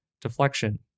deflection